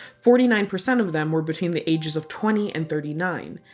forty nine percent of them were between the ages of twenty and thirty nine.